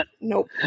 Nope